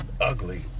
ugly